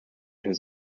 his